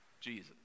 Jesus